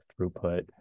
throughput